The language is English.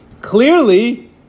Clearly